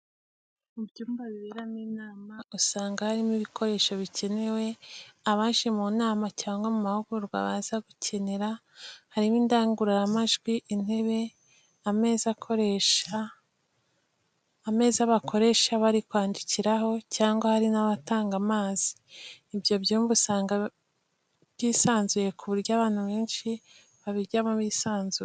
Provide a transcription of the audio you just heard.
Mu byumba biberamo inama, usanga harimo ibikoresho bikenewe abaje mu nama cyangwa mu mahugurwa baza gukenera, harimo indangururamajwi, intebe, ameza bakoresha bari kwandikiraho ndetse hari n'abatanga amazi. Ibyo byumba usanga byisanzuye ku buryo abantu benshi babijyamo bisanzuye.